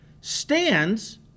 stands